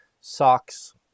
socks